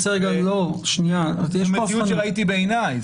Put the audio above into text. זו מציאות ראיתי בעיני.